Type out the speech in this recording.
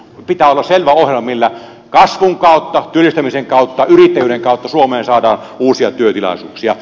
pitää olla selvä ohjelma millä kasvun kautta työllistämisen kautta yrittäjyyden kautta suomeen saadaan uusia työtilaisuuksia